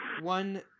one